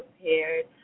prepared